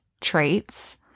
traits